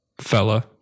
fella